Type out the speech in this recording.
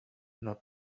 not